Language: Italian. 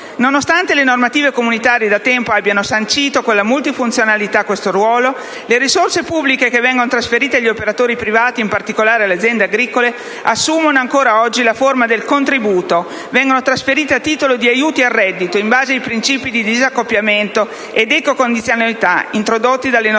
Nonostante le normative comunitarie da tempo abbiano sancito con la multifunzionalità questo ruolo, le risorse pubbliche trasferite agli operatori privati, in particolare alle aziende agricole, assumono ancora oggi la forma del contributo: vengono cioè trasferite a titolo di aiuti al reddito in base ai principi di disaccoppiamento ed ecocondizionalità introdotti dalle normative europee.